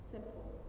Simple